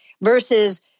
versus